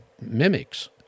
mimics